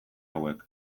hauek